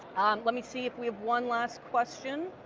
let me see if we have one last question.